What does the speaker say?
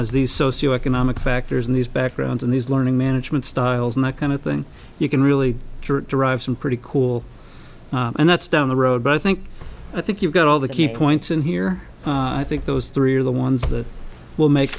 and as these socioeconomic factors and these backgrounds and these learning management styles and that kind of thing you can really derive some pretty cool and that's down the road but i think i think you've got all the key points in here i think those three are the ones that will make